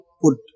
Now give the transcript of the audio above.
put